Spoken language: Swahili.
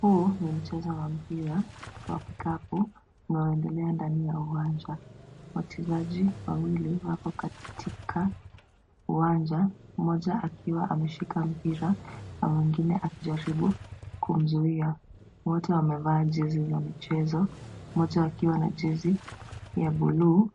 Huo ni mchezo wa mpira wa kikapu unaoendelea ndani ya uwanja. Wachezaji wawili wako katika uwanja, mmoja akiwa ameshika mpira na mwingine akijaribu kumzuia. Wote wamevaa jezi za michezo, mmoja akiwa na jezi ya bluu